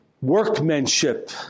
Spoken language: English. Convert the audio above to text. workmanship